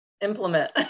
implement